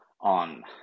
on